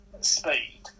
speed